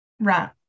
Right